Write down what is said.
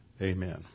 Amen